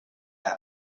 have